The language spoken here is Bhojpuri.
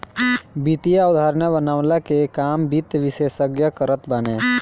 वित्तीय अवधारणा बनवला के काम वित्त विशेषज्ञ करत बाने